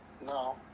no